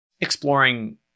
exploring